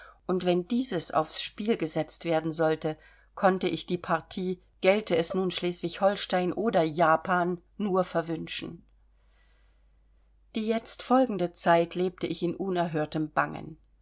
und wenn dieses aufs spiel gesetzt werden sollte konnte ich die partie gelte es nun schleswig holstein oder japan nur verwünschen die jetzt folgende zeit lebte ich in unerhörtem bangen